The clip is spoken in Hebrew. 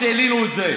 ב-20%, העלינו את זה.